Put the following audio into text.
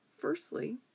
Firstly